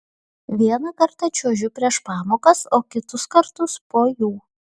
vieną kartą čiuožiu prieš pamokas o kitus kartus po jų